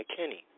McKinney